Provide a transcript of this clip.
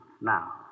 now